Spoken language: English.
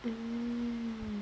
mm